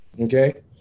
okay